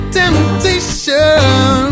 temptation